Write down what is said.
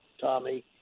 Tommy